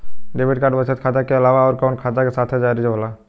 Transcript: Debit card बचत खाता के अलावा अउरकवन खाता के साथ जारी होला?